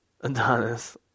Adonis